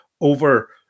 over